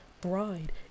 bride